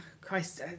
Christ